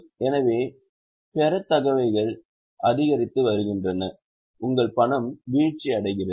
எனவே பெறத்தக்கவைகள் அதிகரித்து வருகின்றன உங்கள் பணம் வீழ்ச்சியடைகிறது